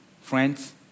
friends